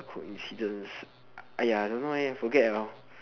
coincidence don't know forget